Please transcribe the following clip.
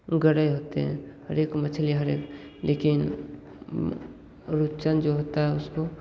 गरे होते हैं हर एक मछली हर एक लेकिन रुच्चन जो होता है उसको